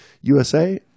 USA